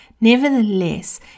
Nevertheless